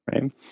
Right